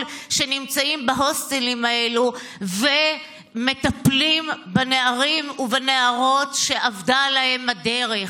שנמצאים בהוסטלים האלו ומטפלים בנערים ובנערות שאבדה להם הדרך.